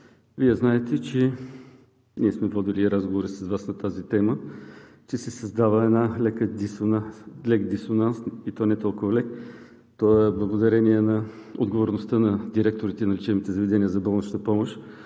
Вие знаете, че ние сме водили разговори с Вас на тази тема, че се създава един лек дисонанс, и то не толкова лек, благодарение на отговорността на директорите на лечебните заведения за болнична помощ